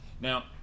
Now